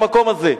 במקום הזה?